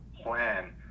plan